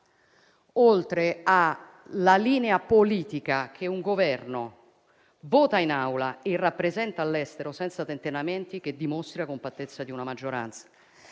oltre alla linea politica che un Governo vota in Aula e rappresenta all'estero senza tentennamenti, che dimostri la compattezza di una maggioranza.